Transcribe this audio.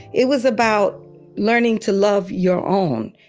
it was about learning to love your own,